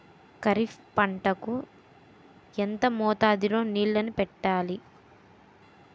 ఖరిఫ్ పంట కు ఎంత మోతాదులో నీళ్ళని పెట్టాలి?